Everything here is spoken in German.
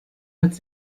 als